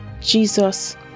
Jesus